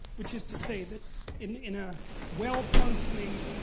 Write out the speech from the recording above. which is to say that in in a well-functioning,